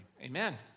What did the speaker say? Amen